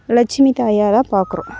லட்சுமி தாயாக தான் பார்க்குறோம்